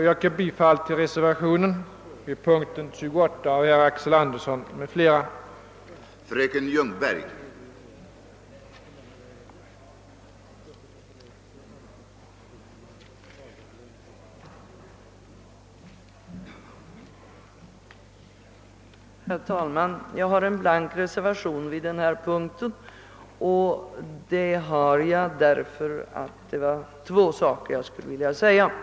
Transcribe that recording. Jag yrkar bifall till reservationen 10 a av herr Axel Andersson m.fl. vid punkten 28.